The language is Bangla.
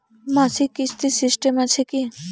মাসিক কিস্তির সিস্টেম আছে কি?